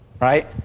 right